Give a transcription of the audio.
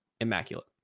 immaculate